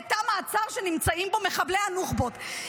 שנמצאים בהם מחבלי הנוח'בות.